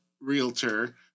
realtor